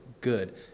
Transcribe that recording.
good